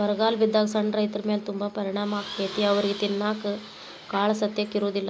ಬರಗಾಲ ಬಿದ್ದಾಗ ಸಣ್ಣ ರೈತರಮೇಲೆ ತುಂಬಾ ಪರಿಣಾಮ ಅಕೈತಿ ಅವ್ರಿಗೆ ತಿನ್ನಾಕ ಕಾಳಸತೆಕ ಇರುದಿಲ್ಲಾ